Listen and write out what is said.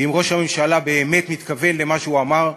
אם ראש הממשלה באמת מתכוון למה שהוא אמר,